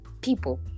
people